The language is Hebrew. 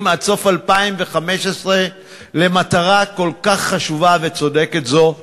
עד סוף 2015 למטרה כל כך חשובה וצודקת זו,